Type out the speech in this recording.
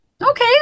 okay